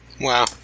Wow